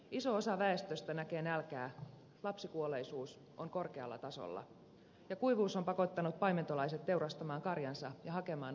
iso osa väestöstä näkee nälkää lapsikuolleisuus on korkealla tasolla ja kuivuus on pakottanut paimentolaiset teurastamaan karjansa ja hakemaan apua kylistä